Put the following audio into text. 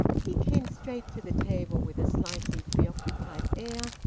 he came straight to the table, with a slightly preoccupied air,